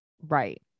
Right